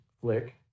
flick